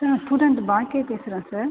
sir நான் student பாக்கியா பேசுகிறேன் சார்